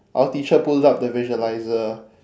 our teacher pulled up the visualiser